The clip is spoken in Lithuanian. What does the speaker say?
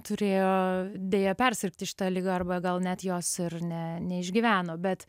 turėjo deja persirgti šita liga arba gal net jos ir ne neišgyveno bet